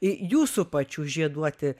jūsų pačių žieduoti